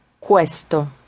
Questo